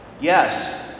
Yes